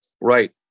right